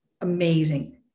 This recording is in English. amazing